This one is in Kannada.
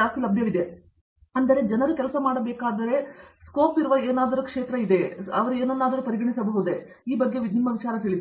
ಹೆಚ್ಚು ಲಭ್ಯವಿರಬಹುದು ಆದರೆ ಜನರು ಕೆಲಸ ಮಾಡಬೇಕಾದರೆ ಸ್ಕೋಪ್ ಇರುವ ಏನನ್ನಾದರೂ ಪರಿಗಣಿಸುತ್ತಾರೆ ಎಂದು ನಿಮಗೆ ತಿಳಿದಿದೆ